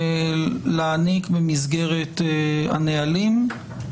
להעניק במסגרת הנהלים,